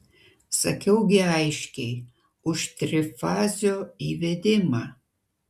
sakiau gi aiškiai už trifazio įvedimą